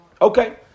Okay